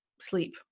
sleep